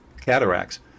cataracts